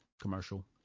commercial